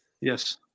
Yes